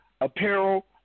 Apparel